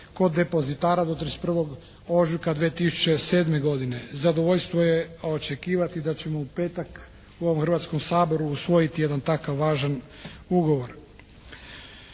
kod depozitara do 31. ožujka 2007. godine. Zadovoljstvo je očekivati da ćemo u petak u ovom Hrvatskom saboru usvojiti jedan takav važan ugovor.